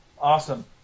Awesome